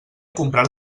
comprar